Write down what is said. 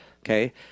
Okay